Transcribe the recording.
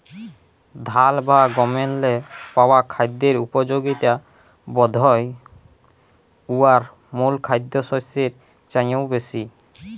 ধাল বা গমেল্লে পাওয়া খড়ের উপযগিতা বধহয় উয়ার মূল খাদ্যশস্যের চাঁয়েও বেশি